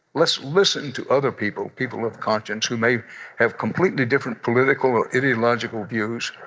let's listen to other people, people of conscience who may have completely different political or ideological views.